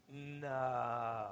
No